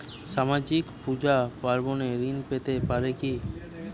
সামাজিক পূজা পার্বণে ঋণ পেতে পারে কি?